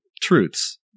truths